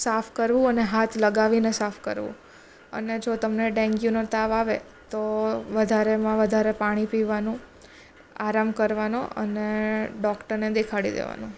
સાફ કરવું અને હાથ લગાવીને સાફ કરવું અને જો તમને ડેન્ગ્યુનો તાવ આવે તો વધારેમાં વધારે પાણી પીવાનું આરામ કરવાનો અને ડૉક્ટરને દેખાડી દેવાનું